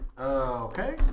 Okay